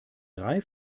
drei